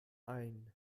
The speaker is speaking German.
ein